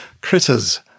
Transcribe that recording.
Critters